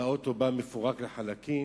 והאוטו בא מפורק לחלקים,